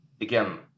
again